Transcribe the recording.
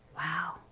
wow